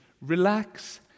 Relax